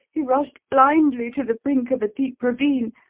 he rushed blindly to the brink of a deep ravine,